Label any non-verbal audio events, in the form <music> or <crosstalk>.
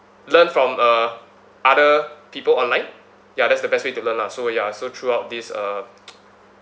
learn from uh other people online ya that's the best way to learn lah so ya so throughout this uh <noise>